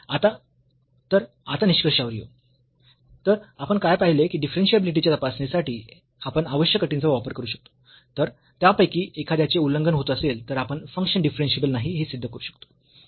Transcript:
तर आता निष्कर्षावर येऊ तर आपण काय पाहिले की डिफरन्शियाबिलिटीच्या तपासणी साठी आपण आवश्यक अटींचा वापर करू शकतो जर त्यापैकी एखाद्याचे उल्लंघन होत असेल तर आपण फंक्शन डिफरन्शियेबल नाही हे सिद्ध करू शकतो